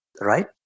right